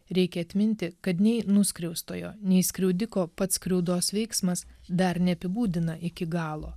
reikia atminti kad nei nuskriaustojo nei skriaudiko pats skriaudos veiksmas dar neapibūdina iki galo